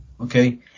Okay